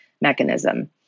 mechanism